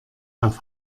auf